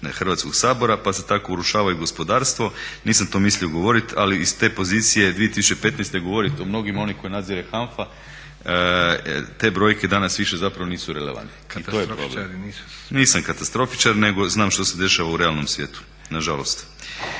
Hrvatskog sabora, pa se tako urušava i gospodarstvo, nisam to mislio govoriti ali iz te pozicije 2015. govoriti o mnogima onima koje nadzire HANFA te brojke danas više zapravo nisu relevantne. I to je problem. …/Upadica se ne čuje./… Nisam katastrofičar nego znam što se dešava u realnom svijetu, nažalost.